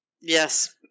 Yes